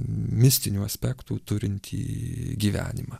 mistinių aspektų turintį gyvenimą